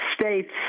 states